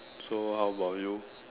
so how about you